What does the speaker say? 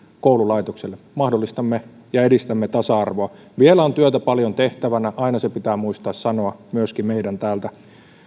koululaitokselle mahdollistamme ja edistämme tasa arvoa vielä on työtä paljon tehtävänä aina se pitää muistaa sanoa myöskin meidän täältä